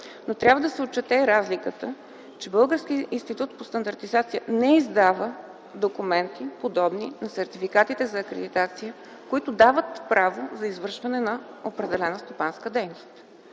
Трябва да се отчете разликата, че Българският институт по стандартизация не издава документи, подобни на сертификатите за акредитация, които дават право за извършване на определена стопанска дейност,